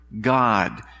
God